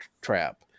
trap